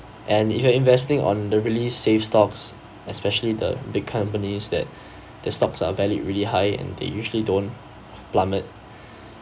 and if you're investing on the really safe stocks especially the big companies that the stocks are valued really high and they usually don't plummet